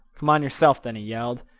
come on yerself, then, he yelled.